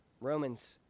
Romans